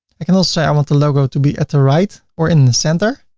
i can also say i want the logo to be at the right, or in the center.